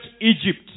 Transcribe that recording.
Egypt